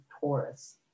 Taurus